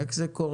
איך זה קורה?